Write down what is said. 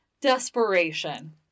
Desperation